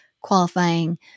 qualifying